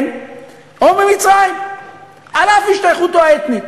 אזרחים ישראלים ולפגוע בהם רק בגלל זליגת הנתונים.